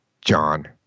John